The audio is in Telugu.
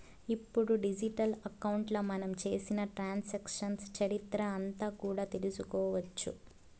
ఇప్పుడు డిజిటల్ అకౌంట్లో మనం చేసిన ట్రాన్సాక్షన్స్ చరిత్ర అంతా కూడా తెలుసుకోవచ్చు